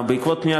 בעקבות פניית